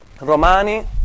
Romani